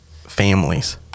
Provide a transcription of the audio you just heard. families